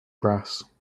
grass